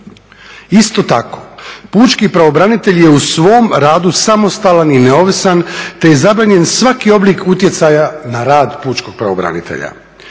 Isto tako, pučki pravobranitelj je u svom radu samostalan i neovisan, te je zabranjen svaki oblik utjecaja na rad pučkog pravobranitelja.